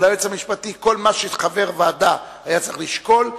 אבל כל מה שחבר ועדה היה צריך לשקול הוא,